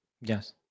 Yes